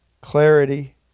Clarity